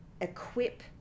equip